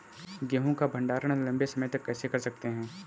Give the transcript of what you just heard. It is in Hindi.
गेहूँ का भण्डारण लंबे समय तक कैसे कर सकते हैं?